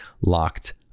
Locked